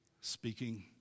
speaking